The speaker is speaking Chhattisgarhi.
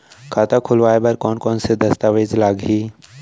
खाता खोलवाय बर कोन कोन से दस्तावेज लागही?